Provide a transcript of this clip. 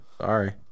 Sorry